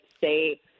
say